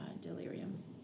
delirium